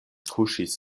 kuŝis